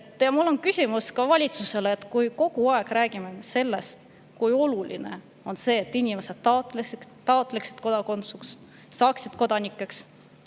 Mul on küsimus valitsusele. Kui me ühelt poolt kogu aeg räägime sellest, kui oluline on see, et inimesed taotleksid kodakondsust, saaksid kodanikeks,